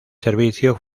servicio